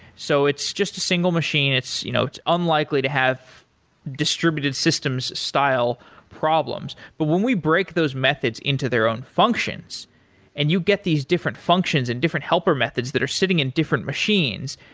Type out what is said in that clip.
so it's just a single machine and you know it's unlikely to have distributed systems style problems. but when we break those methods into their own functions and you get these different functions and different helper methods that are sitting in different machines,